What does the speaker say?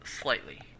slightly